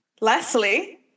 Leslie